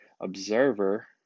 observer